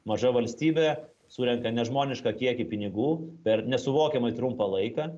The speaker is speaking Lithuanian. maža valstybė surenka nežmonišką kiekį pinigų per nesuvokiamai trumpą laiką